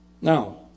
Now